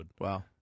Wow